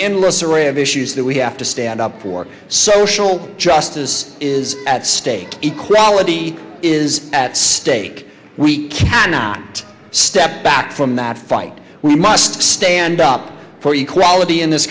endless array of issues that we have to stand up for social justice is at stake equality is at stake we cannot step back from that fight we must stand up for you quality in this